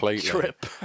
trip